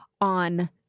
on